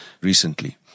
recently